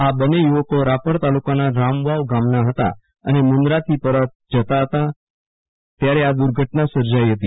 આ બને યુવકો રાપર ત ાલુકાના રામવાવ ગામના હતા અને મુંદરા થી પરત જતા હતા ત્યારે આ દુઘટના સર્જાઈ હતી